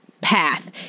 path